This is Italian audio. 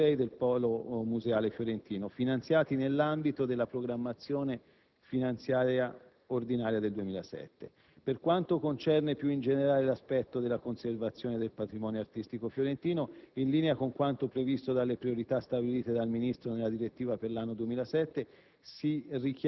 dei musei del Polo museale fiorentino, finanziati nell'ambito della programmazione ordinaria 2007. Per quanto concerne più in generale l'aspetto della conservazione del patrimonio artistico fiorentino, in linea con quanto previsto dalle priorità stabilite dal Ministro nella direttiva per l'anno 2007,